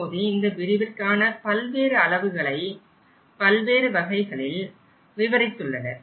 இப்போது இந்த விரிவிற்கான பல்வேறு அளவுகளை பல்வேறு வகைகளில் விவரித்துள்ளார்